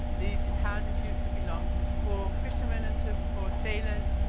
these houses used to belong to poor fishermen and to poor sailors,